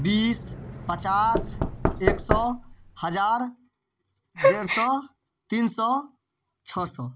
बीस पचास एक सओ हजार डेढ़ सओ तीन सौ छओ सओ